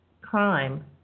crime